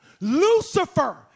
Lucifer